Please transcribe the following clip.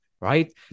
right